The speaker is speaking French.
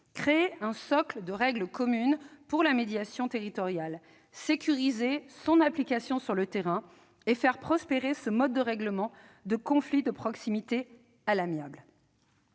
créer un socle de règles communes pour la médiation territoriale, sécuriser son application sur le terrain et faire prospérer ce mode de règlement de conflit de proximité à l'amiable.